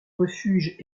refuge